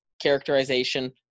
characterization